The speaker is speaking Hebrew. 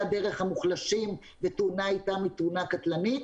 הדרך המוחלשים ותאונה איתם היא תאונה קטלנית.